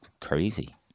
crazy